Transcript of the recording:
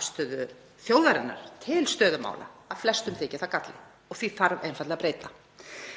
afstöðu þjóðarinnar til stöðu mála, að flestum þyki það galli og því þarf einfaldlega að breyta.